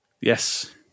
Yes